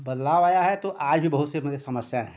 बदलाव आया है तो आज भी बहुत से मेरे समस्या हैं